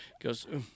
goes